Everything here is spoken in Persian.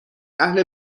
اهل